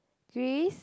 Swiss